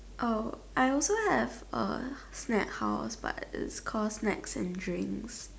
oh I also have uh snack house but it's called snacks and drinks